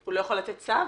--- הוא לא יכול לתת צו?